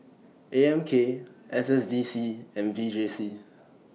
A M K S S D C and V J C